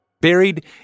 Buried